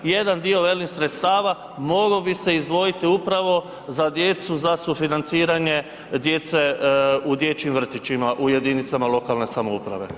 Jedan dio velim sredstava mogao bi se izdvojiti upravo za djecu za sufinanciranje djece u dječjim vrtićima u jedinicama lokalne samouprave.